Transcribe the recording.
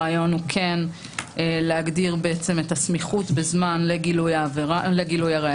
הרעיון הוא כן להגדיר את הסמיכות בזמן לגילוי הראיה.